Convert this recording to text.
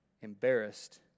embarrassed